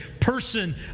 person